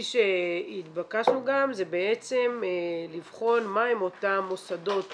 כפי שהתבקשנו זה בעצם לבחון מה הם אותם מוסדות